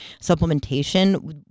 supplementation